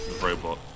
robot